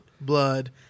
blood